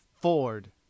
Ford